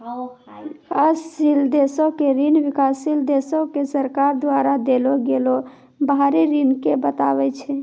विकासशील देशो के ऋण विकासशील देशो के सरकार द्वारा देलो गेलो बाहरी ऋण के बताबै छै